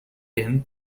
been